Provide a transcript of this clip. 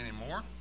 anymore